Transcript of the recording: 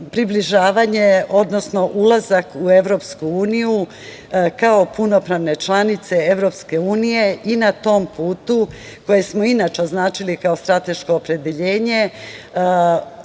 približavanje, odnosno ulazak u EU, kao punopravne članice EU i na tom putu, koje smo inače označili kao strateško opredeljenje,